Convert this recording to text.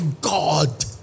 God